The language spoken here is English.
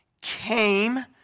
came